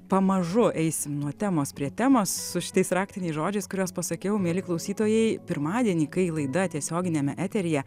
pamažu eisim nuo temos prie temos su šitais raktiniais žodžiais kuriuos pasakiau mieli klausytojai pirmadienį kai laida tiesioginiame eteryje